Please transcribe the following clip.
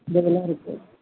இந்த இதெல்லாம் இருக்குது